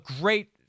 great